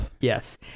Yes